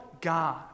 God